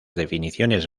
definiciones